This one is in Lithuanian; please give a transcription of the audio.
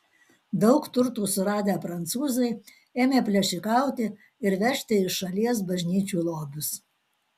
daug turtų suradę prancūzai ėmė plėšikauti ir vežti iš šalies bažnyčių lobius